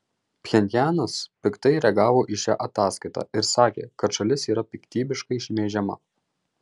pchenjanas piktai reagavo į šią ataskaitą ir sakė kad šalis yra piktybiškai šmeižiama